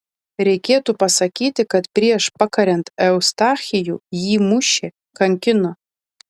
reikėtų pasakyti kad prieš pakariant eustachijų jį mušė kankino